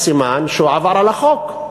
אז סימן שהוא עבר על החוק,